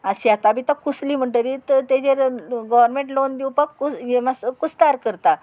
आं शेतां बितां कुसली म्हणटरीत तेजेर गोरमेंट लोन दिवपाक मात्सो कुस्तार करता